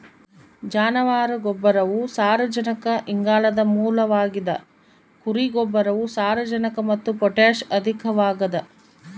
ಜಾನುವಾರು ಗೊಬ್ಬರವು ಸಾರಜನಕ ಇಂಗಾಲದ ಮೂಲವಾಗಿದ ಕುರಿ ಗೊಬ್ಬರವು ಸಾರಜನಕ ಮತ್ತು ಪೊಟ್ಯಾಷ್ ಅಧಿಕವಾಗದ